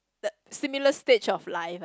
that similar stage of life ah